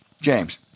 James